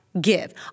give